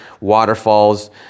waterfalls